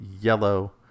yellow